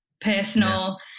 personal